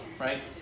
Right